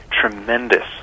tremendous